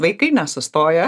vaikai nesustoja